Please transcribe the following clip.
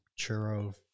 churro